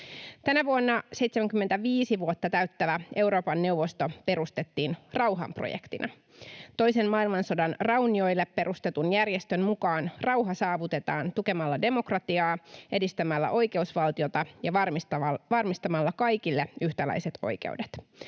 Tänä vuonna 75 vuotta täyttävä Euroopan neuvosto perustettiin rauhanprojektina. Toisen maailmansodan raunioille perustetun järjestön mukaan rauha saavutetaan tukemalla demokratiaa, edistämällä oikeusvaltiota ja varmistamalla kaikille yhtäläiset oikeudet.